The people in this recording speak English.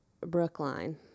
brookline